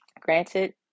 Granted